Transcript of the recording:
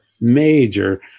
major